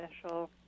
special